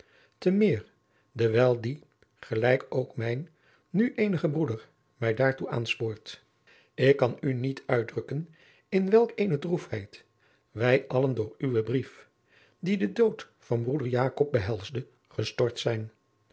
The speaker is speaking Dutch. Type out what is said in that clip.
te meer dewijl die gelijk ook mijn nu eenige broeder mij daartoe aanspoort ik kan u niet uitdrukken in welk eene droefheid wij allen door uwen brief die den dood van broeder jakob behelsde gestort zijn